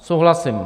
Souhlasím.